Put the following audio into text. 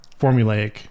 formulaic